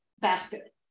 basket